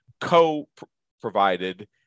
co-provided